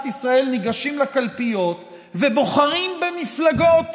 ישראל ניגשים לקלפיות ובוחרים במפלגות,